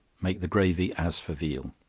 make the gravy as for veal.